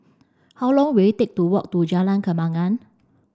how long will it take to walk to Jalan Kembangan